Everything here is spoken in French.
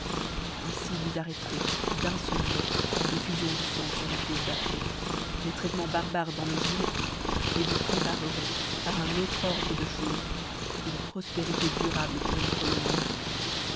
ainfi vous arrêterez d'un feul mot l'effuiion du fang fur les côtes d'afrique les traitemens barbares dans nos ifles vous préparerez par un autre ordre de chofes une profpérité durable pbur nos colonies